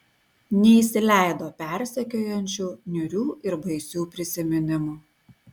neįsileido persekiojančių niūrių ir baisių prisiminimų